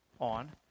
on